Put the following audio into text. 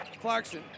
Clarkson